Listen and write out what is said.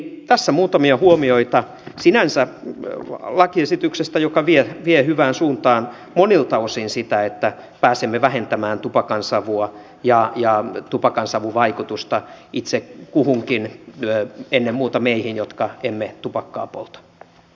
tässä muutamia huomioita lakiesityksestä joka vie sinänsä hyvään suuntaan monilta osin sitä että pääsemme vähentämään tupakansavua ja tupakansavun vaikutusta itse kuhunkin ennen muuta meihin jotka emme tupakkaa polta